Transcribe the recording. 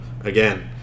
again